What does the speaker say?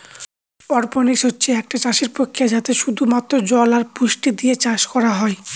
অরপনিক্স হচ্ছে একটা চাষের প্রক্রিয়া যাতে শুধু মাত্র জল আর পুষ্টি দিয়ে চাষ করা হয়